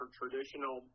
traditional